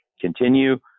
continue